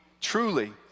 truly